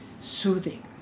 soothing